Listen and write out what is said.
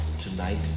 tonight